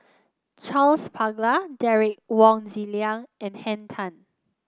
Charles Paglar Derek Wong Zi Liang and Henn Tan